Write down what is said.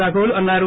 రాఘవులు అన్నారు